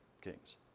kings